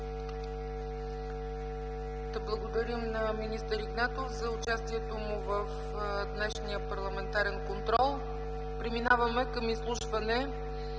благодарим на министър Игнатов за участието му в днешния парламентарен контрол. Преминаваме към изслушване